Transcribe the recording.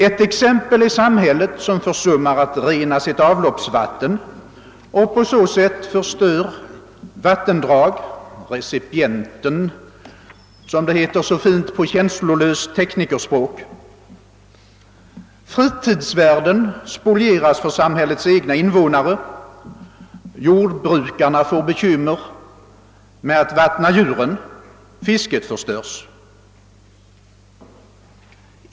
Ett exempel är samhället som försummar att rena sitt avloppsvatten och på så sätt förstör vattendrag — recipienten, som det heter så fint på känslolöst teknikerspråk —; fritidsvärden spolieras för samhällets egna invånare, jordbrukarna får bekymmer med att vattna djuren, fisket förstörs.